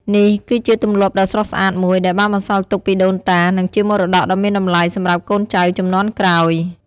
នេះគឺជាទម្លាប់ដ៏ស្រស់ស្អាតមួយ ដែលបានបន្សល់ទុកពីដូនតា និងជាមរតកដ៏មានតម្លៃសម្រាប់កូនចៅជំនាន់ក្រោយ។